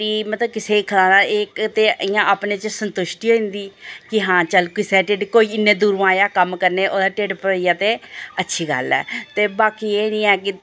रुट्टी मतलब कुसै गी लाना इक ते इ'यां अपने च सुंतुश्टि होई जंदी कि हां चल कुसै दे ढिड्ड कोई इन्ने दूरूं आया कम्म करने ओह्दा ढिड्ड भरोई जा ते अच्छी गल्ल ऐ ते बाकी एह् निं ऐ कि